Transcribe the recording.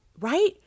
Right